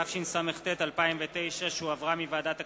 התשס"ט 2009, שהחזירה ועדת הכספים.